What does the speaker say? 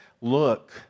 Look